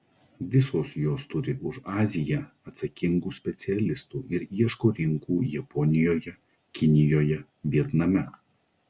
visos jos turi už aziją atsakingų specialistų ir ieško rinkų japonijoje kinijoje vietname